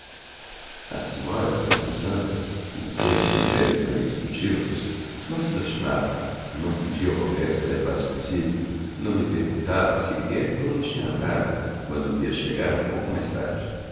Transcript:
a senhora que era uma santa como todas as mulheres de maridos notívagos não se lastimava não pedia ao roberto que a levasse consigo não lhe perguntava sequer por onde tinha andado quando o via chegar um pouco mais tarde